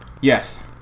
yes